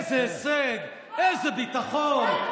איזה הישג, איזה ביטחון.